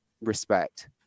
respect